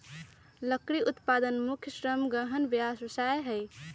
लकड़ी उत्पादन मुख्य श्रम गहन व्यवसाय हइ